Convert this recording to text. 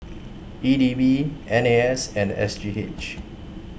E D B N A S and S G H